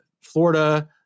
Florida